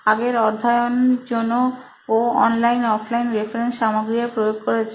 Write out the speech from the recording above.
আগের অধ্যায়ন এর জন্য ও অনলাইন অফলাইন রেফারেন্স সামগ্রী এর প্রয়োগ করছে